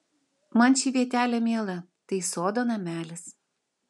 man ši vietelė miela tai sodo namelis